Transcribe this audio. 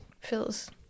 feels